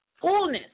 fullness